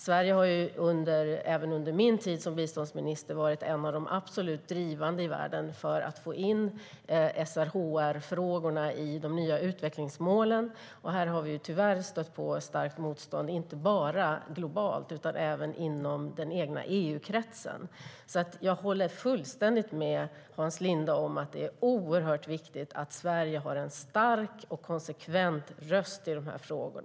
Sverige har även under min tid som biståndsminister varit en av de absolut drivande i världen för att få in SRHR-frågorna i de nya utvecklingsmålen. Här har vi tyvärr stött på starkt motstånd, inte bara globalt utan även inom den egna EU-kretsen. Jag håller därför fullständigt med Hans Linde om att det är oerhört viktigt att Sverige har en stark och konsekvent röst i dessa frågor.